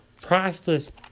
priceless